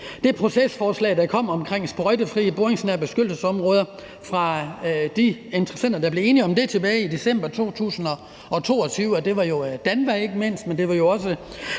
det procesforslag, der kom om sprøjtefrie boringsnære beskyttelsesområder, fra de interessenter, der blev enige om det tilbage i december 2022. Det var ikke mindst DANVA, men det var jo også